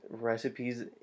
recipes